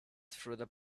through